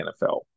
NFL